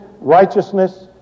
righteousness